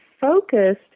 focused